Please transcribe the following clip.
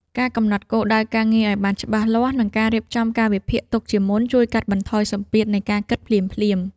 ការកំណត់គោលដៅការងារឱ្យបានច្បាស់លាស់ និងការរៀបចំកាលវិភាគទុកជាមុន ជួយកាត់បន្ថយសម្ពាធនៃការគិតភ្លាមៗ។